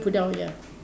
put down ya